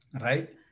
right